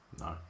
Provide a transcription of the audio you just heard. No